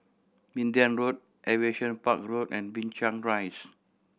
Minden Road Aviation Park Road and Binchang Rise